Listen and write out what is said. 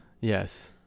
Yes